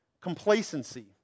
complacency